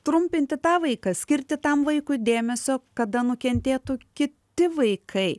trumpinti tą vaiką skirti tam vaikui dėmesio kada nukentėtų kiti vaikai